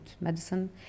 medicine